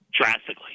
drastically